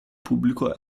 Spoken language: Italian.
pubblico